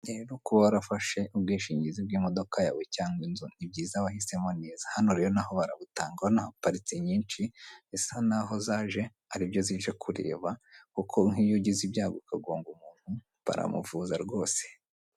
Rero kuba warafashe ubwishingizi bw'imodoka yawe cyangwa inzu, ni byiza wahisemo neza. Hano rero naho barabutanga ubona haparitse nyinshi, isa naho zaje ari byo zije kureba kuko nkiyo ugize ibyaggo ukagonga umuntu baramuvuza rwose.